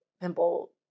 pimple